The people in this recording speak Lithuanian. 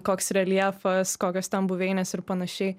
koks reljefas kokios ten buveinės ir panašiai